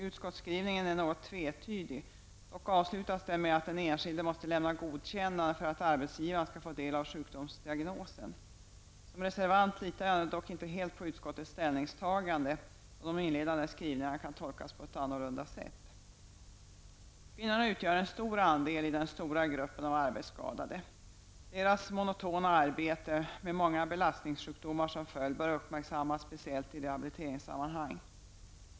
Utskottsskrivningen är något tvetydigt: dock avslutas den med att den enskilde måste lämna godkännande för att arbetsgivarna skall få del av sjukdomsdiagnosen. Som reservant litar jag dock inte helt på utskottets ställningstagande, så de inledande skrivningarna kan tolkas på ett annat sätt. Kvinnorna utgör en stor andel av den stora gruppen av arbetsskadade. Deras monotona arbete med många belastningssjukdomar som följd bör uppmärksammas speciellt i rehabiliteringssammanhang.